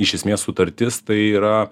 iš esmės sutartis tai yra